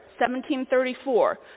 1734